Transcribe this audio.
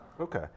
Okay